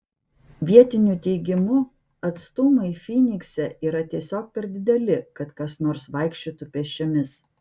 vietinių teigimu atstumai fynikse yra tiesiog per dideli kad kas nors vaikščiotų pėsčiomis